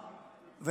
והערה נוספת: